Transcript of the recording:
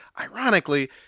ironically